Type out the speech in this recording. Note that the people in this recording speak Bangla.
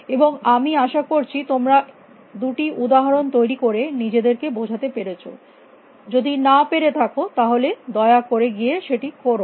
এবং আমি আশা করছি তোমরা দুটি উদাহরণ তৈরী করে নিজেদেরকে বোঝাতে পেরেছ যদি না পেরে থাক মূলত তাহলে দয়া করে গিয়ে সেটি করো